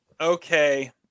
Okay